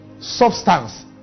substance